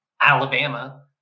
Alabama